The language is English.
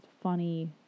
funny